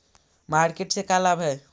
Market से का लाभ है?